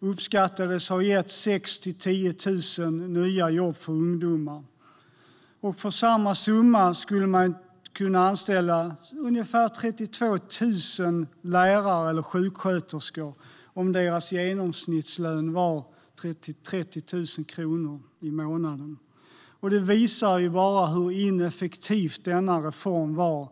uppskattas ha gett cirka 6 000-10 000 nya jobb för ungdomar. För samma summa skulle man ha kunnat anställa ungefär 32 000 lärare eller sjuksköterskor om deras genomsnittslön var 30 000 kronor i månaden. Det visar bara hur ineffektiv denna reform var.